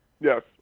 Yes